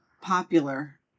popular